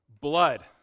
Blood